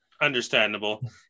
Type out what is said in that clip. understandable